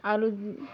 ଆରୁ